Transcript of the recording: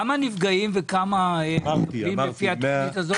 כמה נפגעים לפי התוכנית הזאת.